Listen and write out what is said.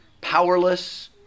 powerless